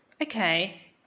Okay